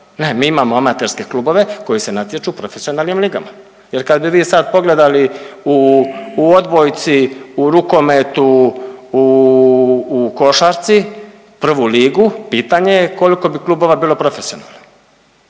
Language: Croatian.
mi imamo amaterske klubove koji se natječu u profesionalnim ligama jer kad bi vi sad pogledali u odbojci, u rukometu, u košarci 1. ligu, pitanje je koliko bi klubova bilo profesionalno.